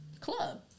club